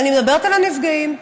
אני מדברת על הנפגעים,